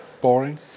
Boring